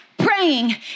praying